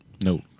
No